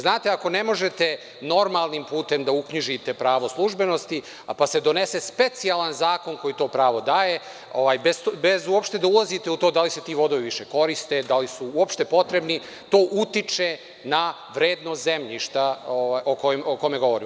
Znate, ako ne možete normalnim putem da uknjižite pravo službenosti, pa se donese specijalan zakon koji to pravo daje, bez uopšte da ulazite u to da li se ti vodovi više koriste, da li su uopšte potrebni, to utiče na vrednost zemljišta o kome govorimo.